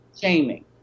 shaming